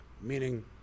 meaning